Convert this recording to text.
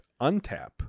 untap